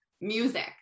music